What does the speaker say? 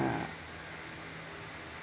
uh